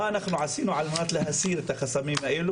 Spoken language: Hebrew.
מה אנחנו עשינו על מנת להסיר את החסמים האלו